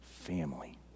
family